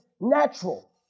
natural